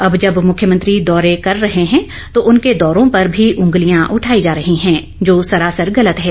अब जब मुख्यमंत्री दौरे कर रहे हैं तो उनके दौरों पर भी उंगलियां उठाई जा रही है जो सरासर गलत है